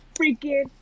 freaking